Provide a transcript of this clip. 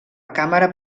càmera